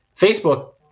Facebook